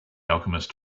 alchemist